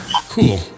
Cool